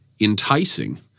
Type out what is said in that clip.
enticing